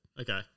Okay